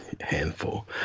Handful